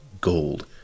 gold